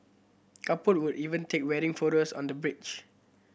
couple would even take wedding photos on the bridge